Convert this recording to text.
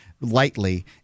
lightly